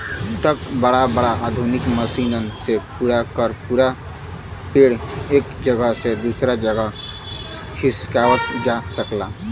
अब त बड़ा बड़ा आधुनिक मसीनन से पूरा क पूरा पेड़ एक जगह से दूसर जगह खिसकावत जा सकला